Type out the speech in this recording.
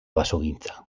basogintza